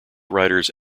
writers